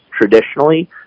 traditionally